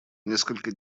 несколько